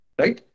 right